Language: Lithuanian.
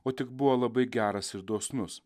o tik buvo labai geras ir dosnus